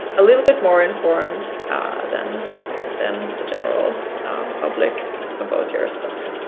a little bit more informed than than the general public about your stuff.